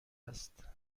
است